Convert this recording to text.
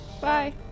Bye